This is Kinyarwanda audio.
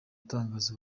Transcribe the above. atangaza